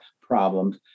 problems